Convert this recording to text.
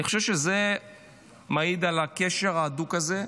אני חושב שזה מעיד על הקשר ההדוק הזה,